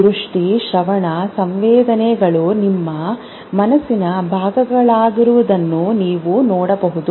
ದೃಷ್ಟಿ ಶ್ರವಣ ಸಂವೇದನೆಗಳು ನಿಮ್ಮ ಮನಸ್ಸಿನ ಭಾಗಗಳಾಗಿರುವುದನ್ನು ನೀವು ನೋಡಬಹುದು